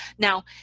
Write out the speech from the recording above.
now,